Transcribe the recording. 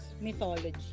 Mythology